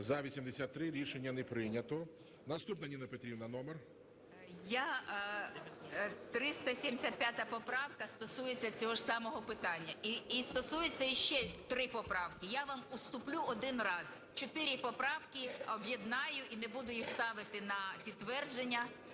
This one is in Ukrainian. За-83 Рішення не прийнято. Наступна, Ніна Петрівна, номер? 14:21:44 ЮЖАНІНА Н.П. Я... 375 поправка стосується цього ж самого питання. І стосуються і ще три поправки. Я вам уступлю один раз – чотири поправки об'єднаю і не буду їх ставити на підтвердження.